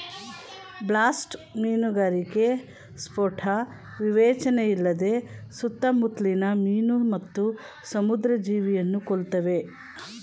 blast ಮೀನುಗಾರಿಕೆ ಸ್ಫೋಟ ವಿವೇಚನೆಯಿಲ್ಲದೆ ಸುತ್ತಮುತ್ಲಿನ ಮೀನು ಮತ್ತು ಸಮುದ್ರ ಜೀವಿಯನ್ನು ಕೊಲ್ತವೆ